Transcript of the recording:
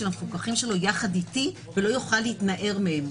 המפוקחים שלו יחד איתי ולא יוכל להתנער מהם.